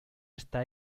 esta